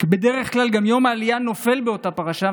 בדרך כלל יום העלייה נופל על אותה פרשה,